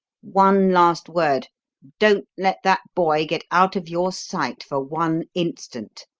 one last word don't let that boy get out of your sight for one instant,